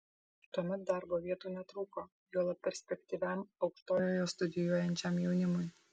tuomet darbo vietų netrūko juolab perspektyviam aukštojoje studijuojančiam jaunimui